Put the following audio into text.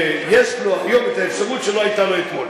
שיש לו היום האפשרות שלא היתה לו אתמול.